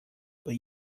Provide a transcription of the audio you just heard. but